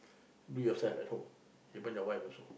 do yourself at home even your wife also